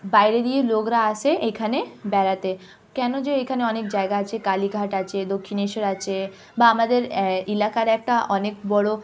বাইরে থেকে লোকরা আসে এখানে বেড়াতে কেন যে এখানে অনেক জায়গা আছে কালীঘাট আছে দক্ষিণেশ্বর আছে বা আমাদের এলাকার একটা অনেক বড়